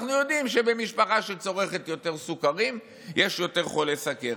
אנחנו יודעים שבמשפחה שצורכת יותר סוכרים יש יותר חולי סכרת.